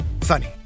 funny